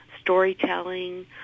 storytelling